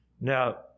Now